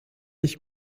dich